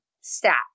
stat